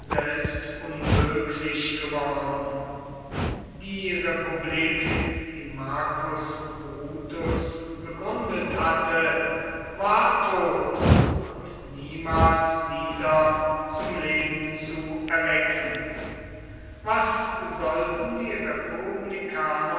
selbst unmöglich geworden die republik die marcus brutus begründet hatte war tot und niemals wieder zum leben zu erwecken was sollten die republikaner